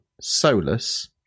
solus